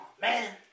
Man